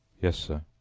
yes, sir.